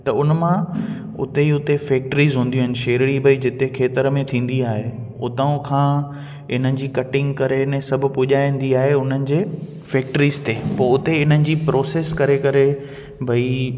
त उन मां उते ई उते फैक्ट्रीज़ हूंदियूं आहिनि शेरड़ी भाई जिते खेतर में थींदी आहे उतां खां इन्हनि जी कटिंग करे सभु पुॼाईंदी आहे उन्हनि जे फैक्ट्रीज़ ते पोइ उते इन्हनि जी प्रोसेस करे करे भाई